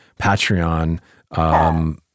Patreon